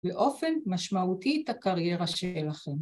‫באופן משמעותי את הקריירה שלכם.